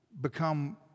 become